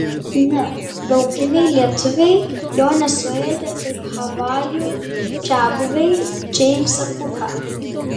ne laukiniai lietuviai jo nesuėdė kaip havajų čiabuviai džeimsą kuką